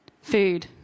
Food